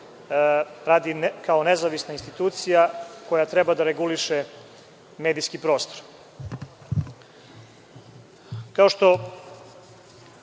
radi kao nezavisna institucija koja treba da reguliše medijski prostor. Kao